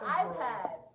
iPad